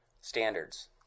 standards